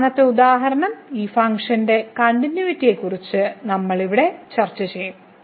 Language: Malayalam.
അവസാനത്തെ ഉദാഹരണം ഈ ഫംഗ്ഷന്റെ കണ്ടിന്യൂയിറ്റിയെക്കുറിച്ച് നമ്മൾ ഇവിടെ ചർച്ച ചെയ്യും